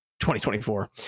2024